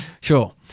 sure